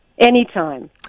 Anytime